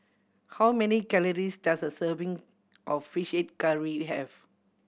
how many calories does a serving of Fish Head Curry have